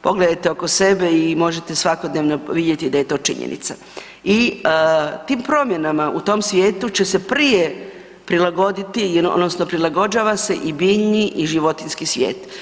pogledajte oko sebe i možete svakodnevno vidjeti da je to činjenica i tim promjenama u tom svijetu će se prije prilagoditi odnosno prilagođava se i biljni i životinjski svijet.